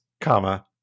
comma